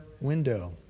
window